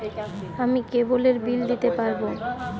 আমি কেবলের বিল দিতে পারবো?